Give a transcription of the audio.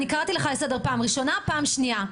קראתי לך לסדר פעם ראשונה ושנייה.